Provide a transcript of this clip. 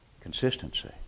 Consistency